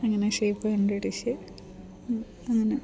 അങ്ങനെ ഷേയ്പ്പ് കണ്ടുപിടിച്ച് അങ്ങനെ